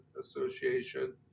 Association